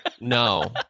No